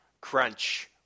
crunch